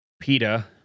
PETA